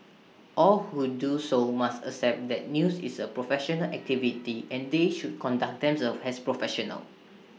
all who do so must accept that news is A professional activity and they should conduct themselves as professionals